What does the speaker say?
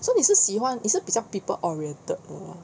so 你是喜欢你是比较 people oriented 的 lah